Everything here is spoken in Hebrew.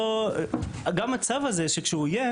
גם הצו הזה, כשהוא יהיה